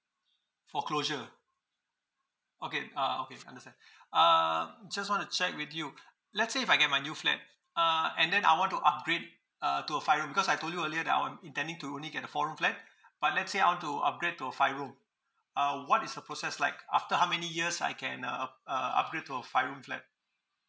for closure okay uh uh okay understand uh just want to check with you let's say if I get my new flat uh and then I want to upgrade uh to a five room because I told you earlier that I want intending to only get a four room flat but let's say I want to upgrade to a five room uh what is the process like after how many years I can uh uh upgrade to a five room flat